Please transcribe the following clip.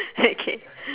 okay